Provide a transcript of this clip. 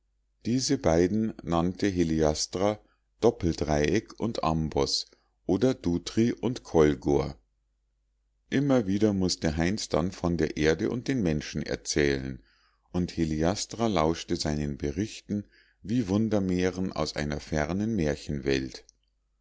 diese beiden nannte heliastra doppeldreieck und amboß oder dutri und kolgor immer wieder mußte heinz dann von der erde und den menschen erzählen und heliastra lauschte seinen berichten wie wundermären aus einer fernen märchenwelt